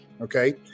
okay